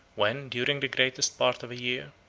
when, during the greatest part of a year,